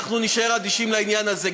אנחנו נישאר אדישים לעניין הזה,